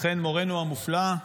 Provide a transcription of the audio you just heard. אכן מורנו המופלא,